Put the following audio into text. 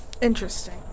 interesting